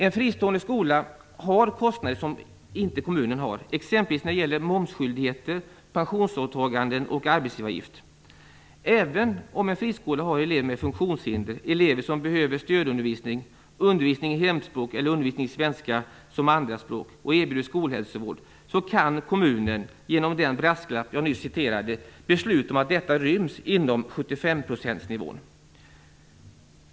En fristående skola har kostnader som kommunen inte har, exempelvis när det gäller momsskyldigheter, pensionsåtaganden och arbetsgivaravgift. Även om en friskola har elever med funktionshinder, elever som behöver stödundervisning, undervisning i hemspråk eller undervisning i svenska som andraspråk och erbjuder skolhälsovård kan kommunen genom den brasklapp jag nyss citerade besluta att detta ryms inom 75-procentsnivån.